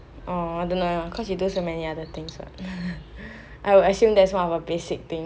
orh don't like lor cause you do so many other things what I will assume that is one of the basic thing